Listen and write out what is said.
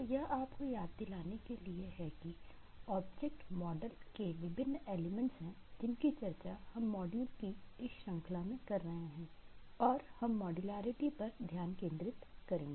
तो यह आपको याद दिलाने के लिए है कि ये ऑब्जेक्ट मॉडल के विभिन्न एलिमेंट्स पर ध्यान केंद्रित करेंगे